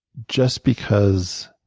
just because